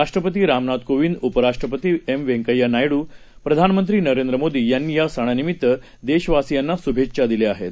राष्ट्रपतीरामनाथकोविंद उपराष्ट्रपतीव्यंकय्यानायडू प्रधानमंत्रीनरेंद्रमोदीयांनीयासणानिमित्तदेशवासियांनाशुभेच्छादिल्याआहेत